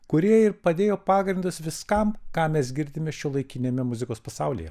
kurie ir padėjo pagrindus viskam ką mes girdime šiuolaikiniame muzikos pasaulyje